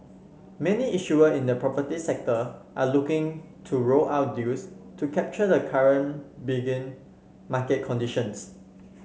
many issuer in the property sector are looking to roll out deals to capture the current benign market conditions